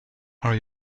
are